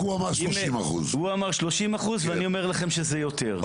יובל אמר 30%. הוא אמר 30% ואני אומר לכם שזה יותר.